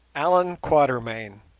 allan quatermain